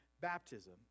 baptism